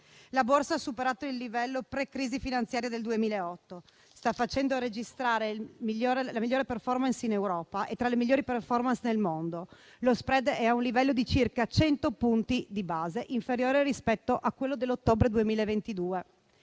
La borsa ha superato il livello pre-crisi finanziaria del 2008, sta facendo registrare la migliore *performance* in Europa e tra le migliori *performance* nel mondo. Lo *spread* è a un livello di circa 100 punti base inferiore rispetto a quello dell'ottobre 2022.